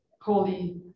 holy